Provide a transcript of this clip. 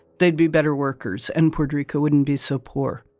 they'd be better workers and puerto rico wouldn't be so poor